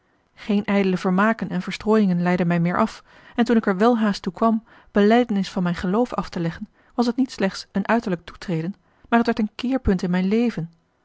geene ijdele vermaken en verstrooiingen leidden mij meer af en toen ik er welhaast toe kwam belijdenis van mijn geloof af te leggen a l g bosboom-toussaint de delftsche wonderdokter eel was het niet slechts een uiterlijk toetreden maar het werd een keerpunt in mijn leven